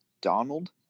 donald